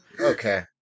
Okay